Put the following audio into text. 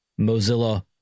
Mozilla